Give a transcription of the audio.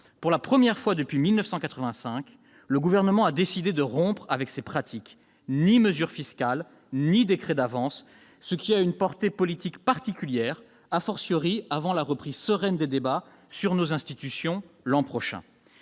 Pour la première fois depuis 1985, le Gouvernement a décidé de rompre avec ces pratiques : le texte ne comporte ni mesures fiscales ni décrets d'avance, ce qui a une portée politique particulière, avant la reprise sereine des débats sur nos institutions l'an prochain.